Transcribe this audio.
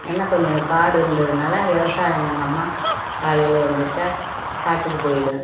என்ன கொஞ்சம் காடு இருந்ததனால விவசாயம் எங்கள் அம்மா காலையில் எந்திரிச்சால் காட்டுக்கு போய்டும்